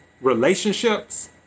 relationships